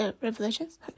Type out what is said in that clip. revelations